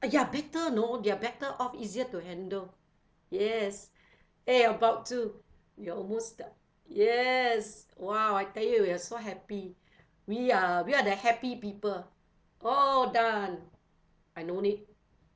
ah ya better know they're better off easier to handle yes eh about to you're almost done yes !wow! I tell you we're so happy we are we are the happy people all done I no need